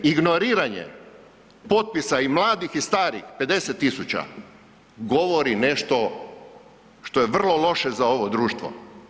Ignoriranje potpisa i mladih i starih, 50 tisuća govori nešto što je vrlo loše za ovo društvo.